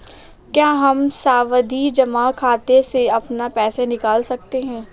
क्या हम सावधि जमा खाते से अपना पैसा निकाल सकते हैं?